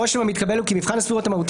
הרושם המתקבל הוא כי מבחן הסבירות המהותית